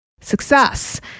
success